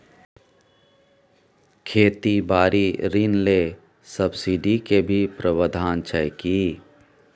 खेती बारी ऋण ले सब्सिडी के भी प्रावधान छै कि?